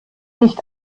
nicht